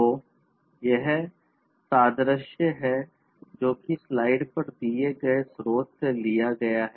तो यह सादृश्य है जोकि स्लाइड पर दिए गए स्रोत से लिया गया है